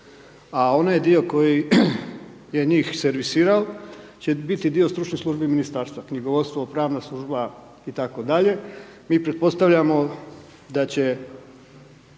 a onaj dio koji je njih servisirao će biti dio stručnih službi Ministarstva, knjigovodstvo, pravna služba, i tako dalje. Mi pretpostavljamo da će